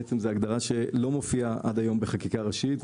זו הגדרה שלא מופיעה עד היום בחקיקה ראשית.